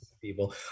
people